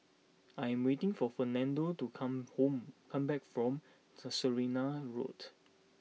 I am waiting for Fernando to come home come back from Casuarina Road